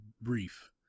brief